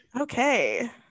Okay